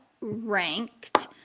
ranked